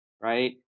right